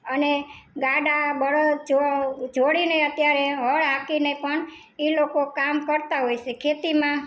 અને ગાડા બળદ જેવા જોડીને અત્યારે હળ હાંકીને પણ એ લોકો કામ કરતાં હોય છે ખેતીમાં